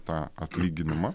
tą atlyginimą